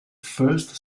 first